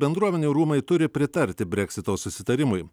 bendruomenių rūmai turi pritarti breksito susitarimui